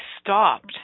stopped